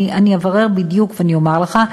אני אברר בדיוק ואני אומר לך.